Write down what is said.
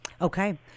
okay